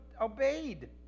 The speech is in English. obeyed